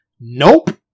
Nope